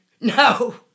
No